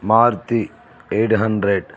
Maruti eight hundred